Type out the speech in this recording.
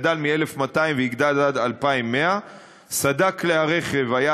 גדל מ-1,200 ויגדל עד 2,100. סד"כ כלי הרכב היה,